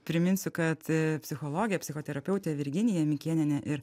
priminsiu kad psichologė psichoterapeutė virginija mikėnienė ir